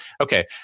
Okay